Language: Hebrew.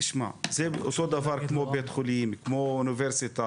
תשמע, זה אותו דבר כמו בית חולים, כמו אוניברסיטה.